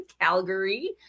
Calgary